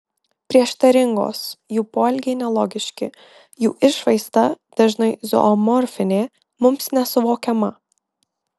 prieštaringos jų poelgiai nelogiški jų išvaizda dažnai zoomorfinė mums nesuvokiama